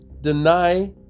deny